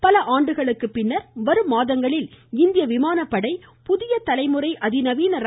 பல ஆண்டுகளுக்கு பின்னர் வரும் மாதங்களில் இந்திய விமானப்படை புதிய தலைமுறை அதிநவீன ர